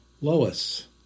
Lois